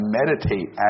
meditate